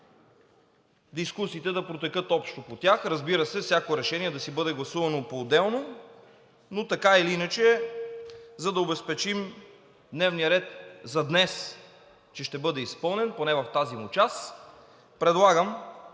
дискусиите да протекат общо по тях, разбира се, всяко решение да си бъде гласувано поотделно. Но, така или иначе, за да обезпечим дневния ред за днес, че ще бъде изпълнен, поне в тази му част, предлагам